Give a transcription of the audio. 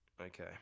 Okay